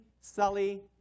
Sully